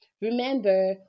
remember